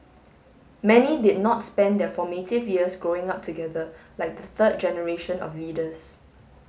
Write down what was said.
many did not spend their formative years growing up together like the third generation of leaders